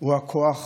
הוא הכוח